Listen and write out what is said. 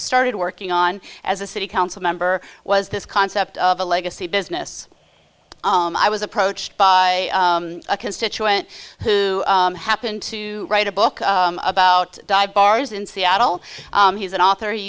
started working on as a city council member was this concept of a legacy business i was approached by a constituent who happened to write a book about dive bars in seattle he's an author he